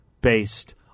based